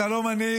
אתה לא מנהיג.